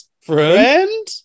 Friend